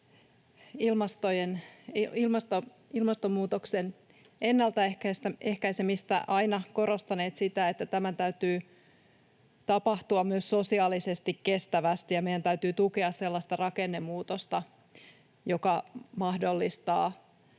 ilmastonmuutoksen ennaltaehkäisemistä aina korostaneet sitä, että tämän täytyy tapahtua myös sosiaalisesti kestävästi ja meidän täytyy tukea sellaista rakennemuutosta, joka mahdollistaa